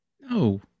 No